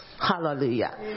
hallelujah